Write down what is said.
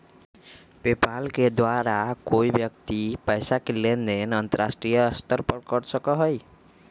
PayPal के द्वारा कोई व्यक्ति पैसा के लेन देन अंतर्राष्ट्रीय स्तर पर कर सका हई